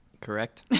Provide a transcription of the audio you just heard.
Correct